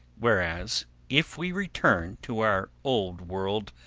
whereas, if we return to our old world,